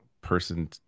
person